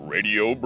Radio